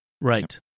Right